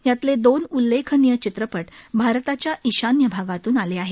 यातले दोन उल्लेखनीय चित्रपट भारताच्या ईशान्य भागातून आले आहेत